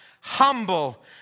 humble